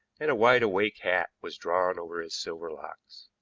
and a wide-awake hat was drawn over his silver locks.